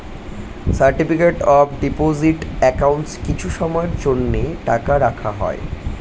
certificate of deposit একাউল্টে কিছু সময়ের জ্যনহে টাকা রাখা হ্যয়